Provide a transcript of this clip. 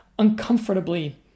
uncomfortably